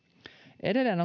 edelleen